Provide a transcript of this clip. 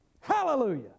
Hallelujah